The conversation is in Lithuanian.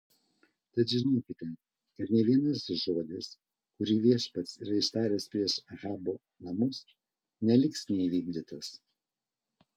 tad žinokite kad nė vienas žodis kurį viešpats yra ištaręs prieš ahabo namus neliks neįvykdytas